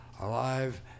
alive